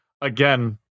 again